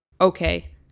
okay